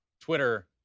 Twitter